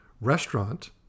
restaurant